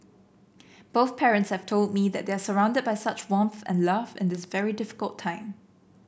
both parents have told me that they are surrounded by such warmth and love in this very difficult time